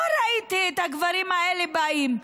לא ראיתי את הגברים האלה באים,